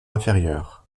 inférieur